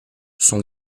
sont